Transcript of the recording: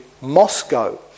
Moscow